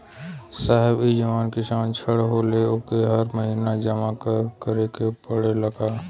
साहब ई जवन कृषि ऋण होला ओके हर महिना जमा करे के पणेला का?